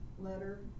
letter